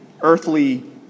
earthly